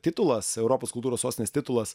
titulas europos kultūros sostinės titulas